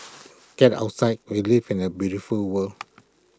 get outside we live in A beautiful world